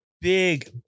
big